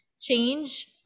change